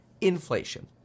inflation